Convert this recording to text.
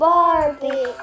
Barbie